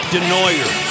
Denoyer